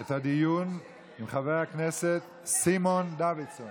את הדיון עם חבר הכנסת סימון דוידסון,